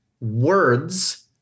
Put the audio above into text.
words